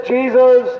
Jesus